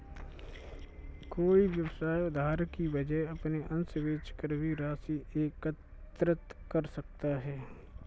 कोई व्यवसाय उधार की वजह अपने अंश बेचकर भी राशि एकत्रित कर सकता है